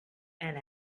and